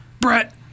Brett